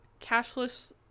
Cashless